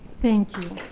thank you.